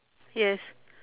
yes